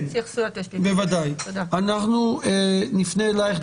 אנחנו נפנה אליך,